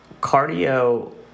cardio